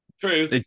True